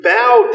bow